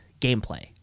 gameplay